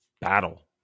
Battle